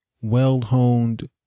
well-honed